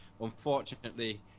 unfortunately